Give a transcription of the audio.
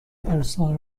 ارسال